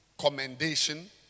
commendation